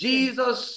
Jesus